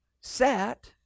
sat